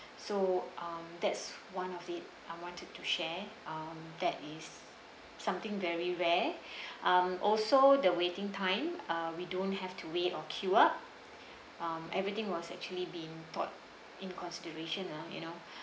so um that's one of it I wanted to share um that is something very rare um also the waiting time uh we don't have to wait or queue up um everything was actually being thought in consideration uh you know